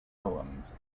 poems